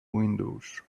windows